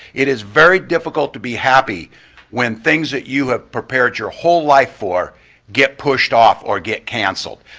it is very difficult to be happy when things that you have prepared your whole life for get pushed off or get canceled.